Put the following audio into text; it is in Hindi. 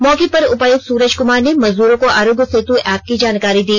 मौके पर उपायुक्त सूरज कमार ने मजदूरो को आरोग्य सेत एप्प की जानकारी दी